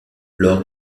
lors